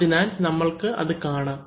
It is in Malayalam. അതിനാൽ നമ്മൾക്ക് അത് കാണാം